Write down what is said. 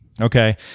Okay